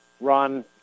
run